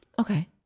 Okay